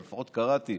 לפחות קראתי,